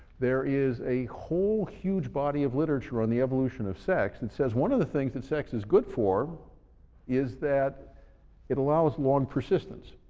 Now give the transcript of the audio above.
there is a whole huge body of literature on the evolution of sex that says one of the things that sex is good for is that it allows long persistence.